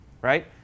right